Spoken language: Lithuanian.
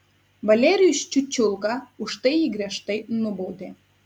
valerijus čiučiulka už tai jį griežtai nubaudė